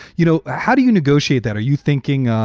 you know? how do you negotiate that? are you thinking,